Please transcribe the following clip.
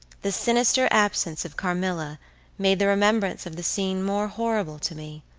the sinister absence of carmilla made the remembrance of the scene more horrible to me.